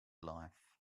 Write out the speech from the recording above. life